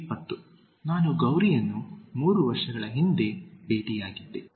20 ನಾನು ಗೌರಿಯನ್ನು ಮೂರು ವರ್ಷಗಳ ಹಿಂದೆ ಭೇಟಿಯಾಗಿದ್ದೆ